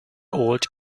old